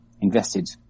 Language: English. invested